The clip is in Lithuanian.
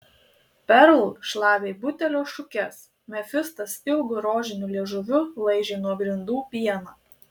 perl šlavė butelio šukes mefistas ilgu rožiniu liežuviu laižė nuo grindų pieną